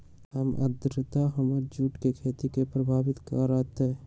कम आद्रता हमर जुट के खेती के प्रभावित कारतै?